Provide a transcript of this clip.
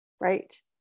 right